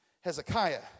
Hezekiah